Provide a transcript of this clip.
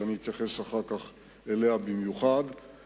שאליה אני אתייחס במיוחד אחר כך,